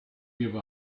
give